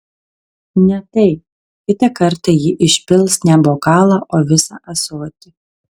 ne tai kitą kartą ji išpils ne bokalą o visą ąsotį